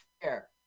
fair